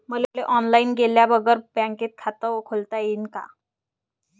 मले ऑनलाईन गेल्या बगर बँकेत खात खोलता येईन का?